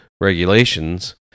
regulations